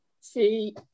see